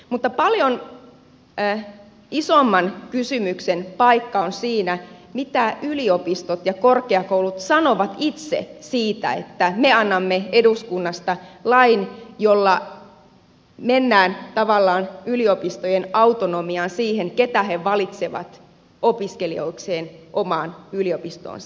mutta paljon isomman kysymyksen paikka on siinä mitä yliopistot ja korkeakoulut sanovat itse siitä että me annamme eduskunnasta lain jolla mennään tavallaan yliopistojen autonomiaan siihen keitä ne valitsevat opiskelijoikseen omaan yliopistoonsa